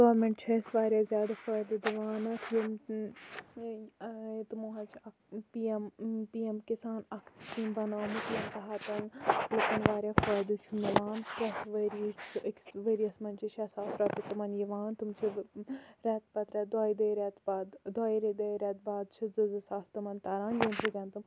government چھُ اَسہِ واریاہ زیادٕ فٲیدٕ دِوان اَتھ یِم تمو حظ چھِ اکھ P M P M Kisan اکھ سکیٖم بَنٲومٕژ لُکَن واریاہ فٲیدٕ چھُ مِلان پرتھ ؤری چھُ أکِس ؤریَس مَنٛز چھ شےٚ ساس رۄپیہِ تِمَن یِوان تِم چھِ ریٚتہٕ پَتہٕ ریٚتہٕ دۄیہِ دۄیہِ ریٚتہٕ پَتہٕ دۄیہِ ریٚتہِ دۄیہِ ریٚتہِ بعد چھُ زٕ زٕ ساس تِمَن تَران ییٚمہِ سۭتۍ تِم